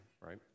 right